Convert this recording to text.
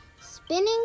Spinning